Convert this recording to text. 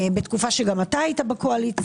בתקופה שגם אתה היית בקואליציה.